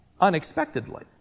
unexpectedly